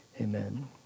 Amen